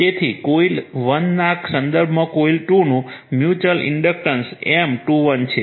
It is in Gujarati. તેથી કોઇલ 1 ના સંદર્ભમાં કોઇલ 2 નું મ્યુચુઅલ ઇન્ડક્ટન્સ M21 છે